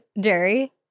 Jerry